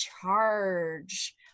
charge